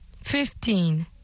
fifteen